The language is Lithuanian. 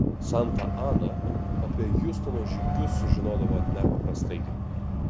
santa ana apie hiustono žygius sužinodavo nepaprastai greit